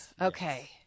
Okay